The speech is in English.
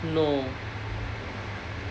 no